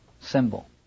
symbol